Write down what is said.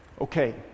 Okay